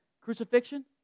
crucifixion